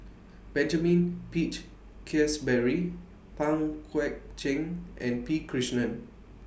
Benjamin Peach Keasberry Pang Guek Cheng and P Krishnan